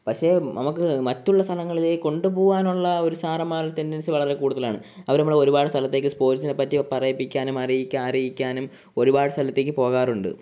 പക്ഷെ നമുക്ക് മറ്റുള്ള സഥലങ്ങളിലേക്ക് കൊണ്ടുപോകാനുള്ള ഒരു സാറന്മാരുടെ ഒരു ടെൻഡൻസി വളരെ കൂടുതലാണ് അവർ നമ്മളെ ഒരുപാട് സ്ഥലത്തേക്ക് സ്പോർട്സിനെ പറ്റി പറയിപ്പിക്കാനും അറി അറിയിക്കാനും ഒരുപാട് സ്ഥലത്തേക്കു പോകാറുണ്ട്